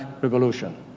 Revolution